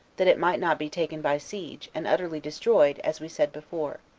that it might not be taken by siege, and utterly destroyed, as we said before.